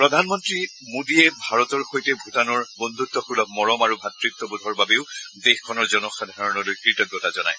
প্ৰধানমন্ত্ৰী মোডীয়ে ভাৰতৰ সৈতে ভূটানৰ বন্ধুতসুলভ মৰম আৰু ভাতৃত্ববোধৰ বাবেও দেশখনৰ জনসাধাৰণলৈ কৃতঞ্চতা জনায়